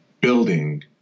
building